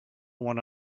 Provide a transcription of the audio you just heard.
one